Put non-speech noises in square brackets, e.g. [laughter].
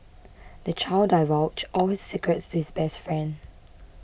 [noise] the child divulged all his secrets to his best friend